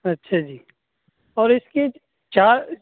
اچھا جی اور اس کی چار